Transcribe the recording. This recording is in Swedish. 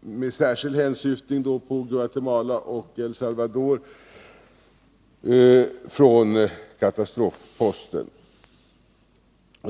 med särskild hänsyftning på Guatemala och El Salvador.